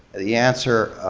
the answer,